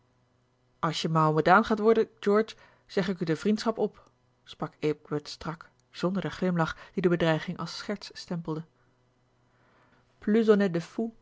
als je mahomedaan gaat worden george zeg ik u de vriendschap op sprak eekbert strak zonder den glimlach die de bedreiging als scherts stempelde